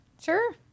Sure